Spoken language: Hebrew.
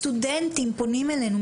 סטודנטים פונים אלינו,